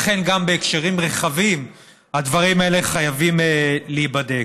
לכן, גם בהקשרים רחבים הדברים האלה חייבים להיבדק.